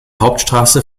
hauptstraße